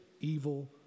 evil